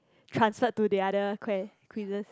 transferred to the other quest~ quizzes